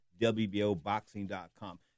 WBOBOXING.COM